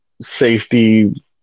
safety